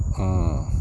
!huh!